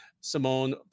Simone